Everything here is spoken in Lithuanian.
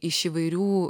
iš įvairių